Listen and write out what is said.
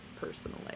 personally